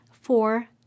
four